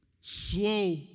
slow